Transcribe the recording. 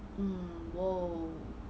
mm !wow!